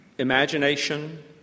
imagination